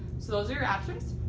so those are your options,